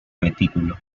retículo